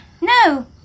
No